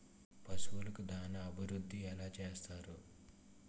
పశువులకు దాన అభివృద్ధి ఎలా చేస్తారు?